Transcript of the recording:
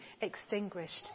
extinguished